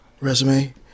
resume